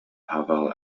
pavel